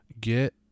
Get